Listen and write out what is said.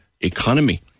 economy